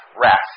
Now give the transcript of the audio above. rest